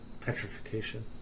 petrification